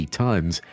tons